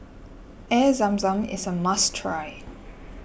Air Zam Zam is a must try